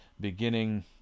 beginning